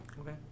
Okay